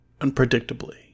unpredictably